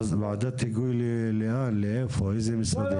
ועדת היגוי, לאן, לאיפה, לאיזה משרדים?